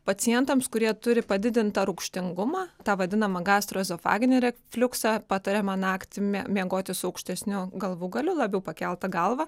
pacientams kurie turi padidintą rūgštingumą tą vadinamą gastroezofaginį refliuksą patariama naktį mie miegoti su aukštesniu galvūgaliu labiau pakelta galva